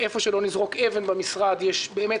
איפה שלא נזרוק אבן במשרד יש באמת